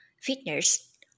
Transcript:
fitness